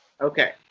okay